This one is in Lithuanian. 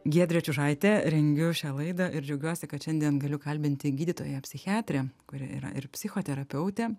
giedrė čiužaitė rengiu šią laidą ir džiaugiuosi kad šiandien galiu kalbinti gydytoją psichiatrę kuri yra ir psichoterapeutė